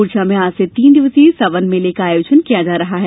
ओरछा में आज से तीन दिवसीय सावन मेले का आयोजन किया जा रहा है